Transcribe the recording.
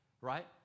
right